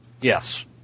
Yes